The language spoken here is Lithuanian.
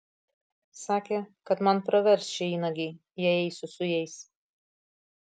sakė kad man pravers šie įnagiai jei eisiu su jais